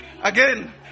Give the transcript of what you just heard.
Again